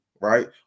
right